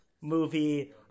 movie